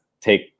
take